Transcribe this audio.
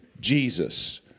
Jesus